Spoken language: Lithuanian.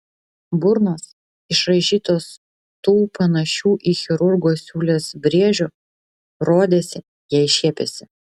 burnos išraižytos tų panašių į chirurgo siūles brėžių rodėsi jai šiepiasi